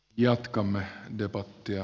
jatkamme debattia